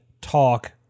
talk